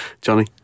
Johnny